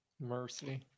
Mercy